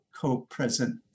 co-present